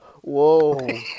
Whoa